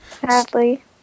Sadly